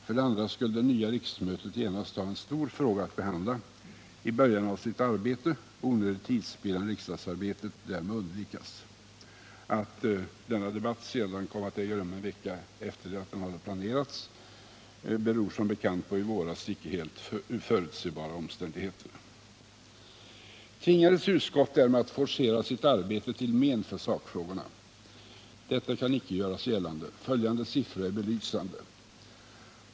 För det andra skulle det nya riksmötet genast ha en stor fråga att behandla i början av sitt arbete och onödig tidsspillan i riksdagsarbetet därmed undvikas. Att denna debatt sedan kom att äga rum en vecka senare än planerat beror som bekant på i våras icke helt förutsebara omständigheter. Tvingades utskottet därmed att forcera sitt arbete till men för sakfrågorna? Detta kan icke göras gällande. Följande siffror är belysande.